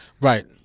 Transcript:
Right